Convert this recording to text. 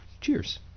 Cheers